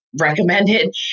recommended